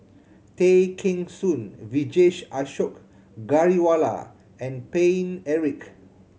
Tay Kheng Soon Vijesh Ashok Ghariwala and Paine Eric